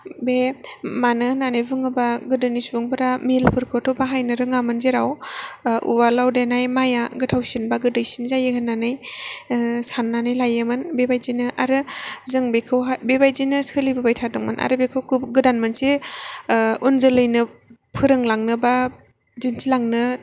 बे मानो होन्नानै बुङोबा गोदोनि सुबुंफोरा मिलफोरखौथ' बाहायनो रोङामोन जेराव उवालाव देनाय माइया गोथावसिन बा गोदैसिन जायो होन्नानै सान्नानै लायोमोन बेबायदिनो आरो जों बेखौ बेबायदिनो सोलिबोबाय थादोंमोन आरो बेफोरखौ गोदान मोनसे उनजोलैनो फोरोंलांनो बा दिन्थिलांनो